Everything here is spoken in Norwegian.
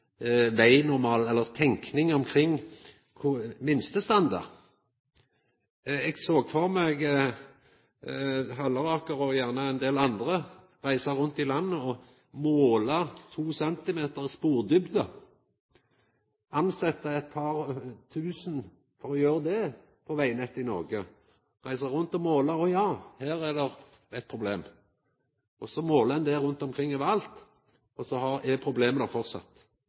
vegnormal, eller hans tenking omkring minstestandard. Eg såg for meg Halleraker, og gjerne ein del andre tilsetja eit par tusen for å reisa rundt i landet og måla to centimeter spordjupn på vegnettet i Noreg – å ja, her er det eit problem. Så måler ein det rundt omkring overalt, og så er problemet